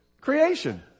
creation